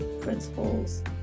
principles